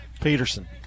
Peterson